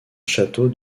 château